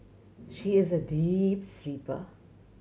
she is a deep sleeper